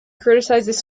criticizes